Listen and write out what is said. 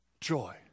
joy